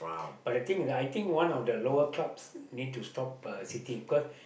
but the thing I think one of the lower clubs need to stop uh City because